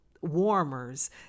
warmers